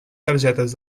targetes